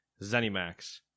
Zenimax